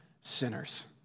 sinners